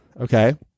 Okay